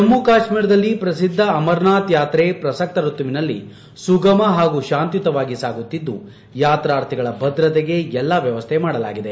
ಜಮ್ಮ್ ಕಾಶ್ಟೀರದಲ್ಲಿ ಪ್ರಸಿದ್ದ ಅಮರನಾಥ್ ಯಾತ್ರೆ ಪ್ರಸಕ್ತ ಋತುವಿನಲ್ಲಿ ಸುಗಮ ಹಾಗೂ ಶಾಂತಿಯುವಾಗಿ ಸಾಗುತ್ತಿದ್ದು ಯಾತ್ರಾರ್ಥಿಗಳ ಭದ್ರತೆಗೆ ಎಲ್ಲ ವ್ಯವಸ್ಥೆ ಮಾಡಲಾಗಿದೆ